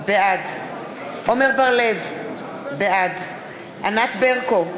בעד עמר בר-לב, בעד ענת ברקו,